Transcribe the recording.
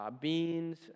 beans